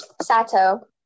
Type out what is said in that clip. Sato